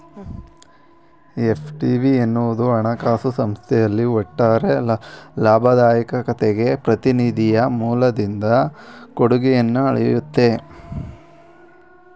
FTP ಎನ್ನುವುದು ಹಣಕಾಸು ಸಂಸ್ಥೆಯಲ್ಲಿನ ಒಟ್ಟಾರೆ ಲಾಭದಾಯಕತೆಗೆ ಪ್ರತಿನಿಧಿಯ ಮೂಲದಿಂದ ಕೊಡುಗೆಯನ್ನ ಅಳೆಯುತ್ತೆ